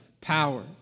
power